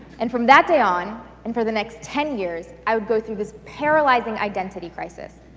and from that day on, and for the next ten years, i would go through this paralyzing identity crisis.